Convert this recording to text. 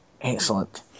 Excellent